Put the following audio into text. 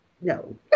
no